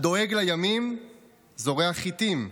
הדואג לימים זורע חיטים,